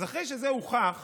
אז אחרי שזה הוכח